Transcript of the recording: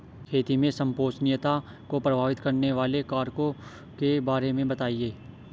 खेती में संपोषणीयता को प्रभावित करने वाले कारकों के बारे में बताइये